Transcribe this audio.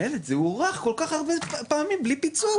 איילת זה הוארך כל כך הרבה פעמים בלי פיצול.